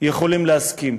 יכולים להסכים,